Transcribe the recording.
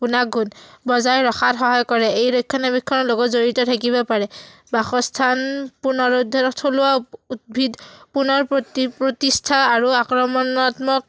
গুণাগুণ বজাই ৰখাত সহায় কৰে এই ৰক্ষণাবেক্ষণৰ লগত জড়িত থাকিব পাৰে বাসস্থান পুনৰোধ থলুৱা উদ্ভিদ পুনৰ প্ৰতি প্ৰতিষ্ঠা আৰু আক্ৰমণাত্মক